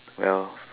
well